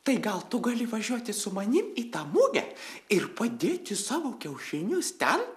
tai gal tu gali važiuoti su manim į tą mugę ir padėti savo kiaušinius ten